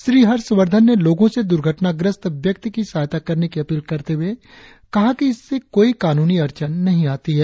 श्री हर्षवर्धन ने लोगों से द्र्घटना ग्रस्त व्यक्ति की सहायता करने की अपील करते हुए कहा कि इससे कोई कानूनी अड़चन नहीं आती है